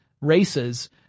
races